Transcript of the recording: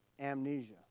amnesia